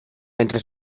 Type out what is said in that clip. entre